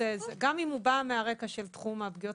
וכבר האריכו את ההתליה של הרישיון